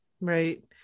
Right